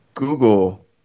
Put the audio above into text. Google